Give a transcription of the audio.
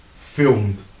Filmed